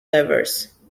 diverse